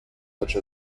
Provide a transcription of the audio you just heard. such